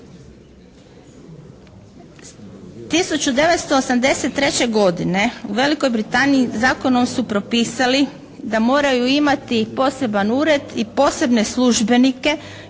1983. godine u Velikoj Britaniji zakonom su propisali da moraju imati poseban ured i posebne službenike